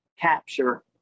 capture